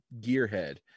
gearhead